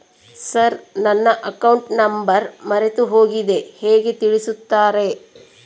Sir ನನ್ನ account number ಮರೆತುಹೋಗಿದೆ ಹೇಗೆ ತಿಳಿಸುತ್ತಾರೆ?